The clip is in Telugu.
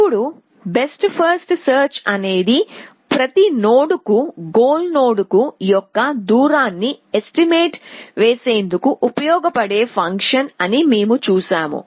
ఇప్పుడు బెస్ట్ ఫస్ట్ సెర్చ్ అనేది ప్రతి నోడ్ కు గోల్ నోడ్కు యొక్క దూరాన్ని ఎస్టిమేట్ వేసేందుకు ఉపయోగపడే ఫంక్షన్ అని మేము చూశాము